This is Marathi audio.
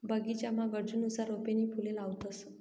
बगीचामा गरजनुसार रोपे नी फुले लावतंस